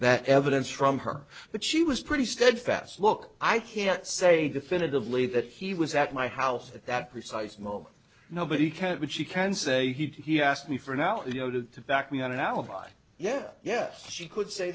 that evidence from her that she was pretty steadfast look i can't say definitively that he was at my house at that precise moment nobody can but she can say he asked me for an hour you know to back me on an alibi yes yes she could say